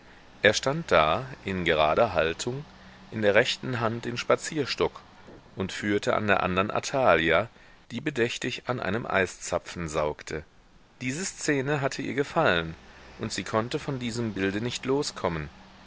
er stand da in gerader haltung in der rechten hand den spazierstock und führte an der andern athalia die bedächtig an einem eiszapfen saugte diese szene hatte ihr gefallen und sie konnte von diesem bilde nicht loskommen